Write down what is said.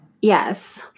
Yes